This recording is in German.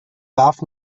warf